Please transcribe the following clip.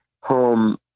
home